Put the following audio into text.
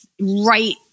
right